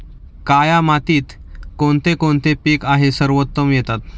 काया मातीत कोणते कोणते पीक आहे सर्वोत्तम येतात?